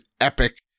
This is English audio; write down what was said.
epic